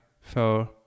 four